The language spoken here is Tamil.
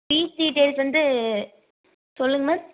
ஃபீஸ் டீடைல்ஸ் வந்து சொல்லுங்கள் மேம்